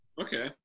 Okay